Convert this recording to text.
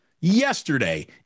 yesterday